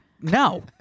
No